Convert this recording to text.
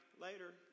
later